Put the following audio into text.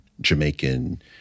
Jamaican